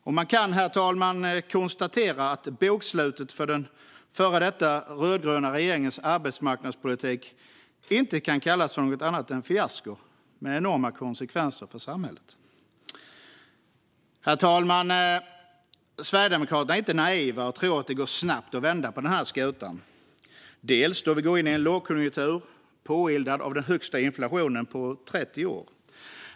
Och vi kan, herr talman, konstatera att bokslutet för den rödgröna före detta regeringens arbetsmarknadspolitik inte kan kallas för något annat än ett fiasko med enorma konsekvenser för samhället. Herr talman! Sverigedemokraterna är inte naiva och tror att det går snabbt att vända på den här skutan, då vi går in i en lågkonjunktur påeldad av den högsta inflationen på 30 år.